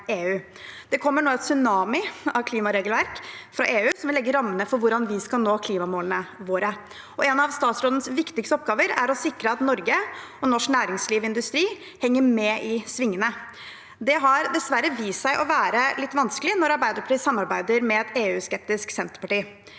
Det kommer nå en tsunami av klimaregelverk fra EU som vil legge rammene for hvordan vi skal nå klimamålene våre. En av statsrådens viktigste oppgaver er å sikre at Norge og norsk næringslivsindustri henger med i svingene. Det har dessverre vist seg å være litt vanskelig når Arbeiderpartiet samarbeider med et EU-skeptisk senterparti.